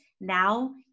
now